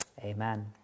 Amen